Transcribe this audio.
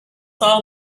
all